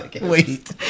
Wait